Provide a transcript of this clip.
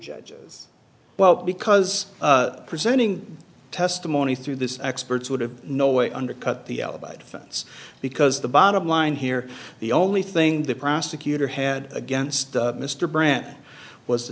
judges well because presenting testimony through this experts would have no way undercut the alibi defense because the bottom line here the only thing the prosecutor had against mr brant was the